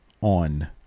on